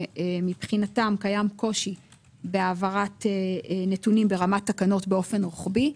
שמבחינתם קיים קושי בהעברת נתונים ברמת תקנות באופן רוחבי,